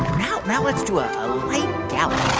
now now let's do a light gallop.